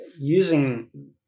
using